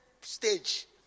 stage